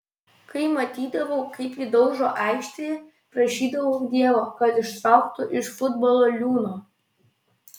kai matydavau kaip jį daužo aikštėje prašydavau dievo kad ištrauktų iš futbolo liūno